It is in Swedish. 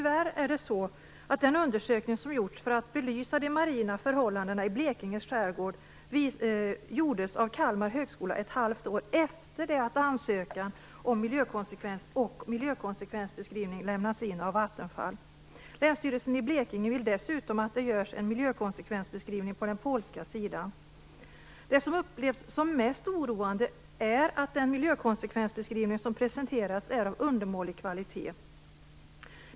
Den undersökning som har gjorts av Kalmar högskola för att belysa de marina förhållandena i Blekinge skärgård gjordes tyvärr ett halvt år efter det att ansökan om miljökonsekvens och miljökonsekvensbeskrivning lämnats in av Vattenfall. Länsstyrelsen i Blekinge vill dessutom att det görs en miljökonsekvensbeskrivning på den polska sidan. Det som upplevs som mest oroande är att den miljökonsekvensbeskrivning som presenterats är av undermålig kvalitet.